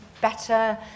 better